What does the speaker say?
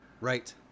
right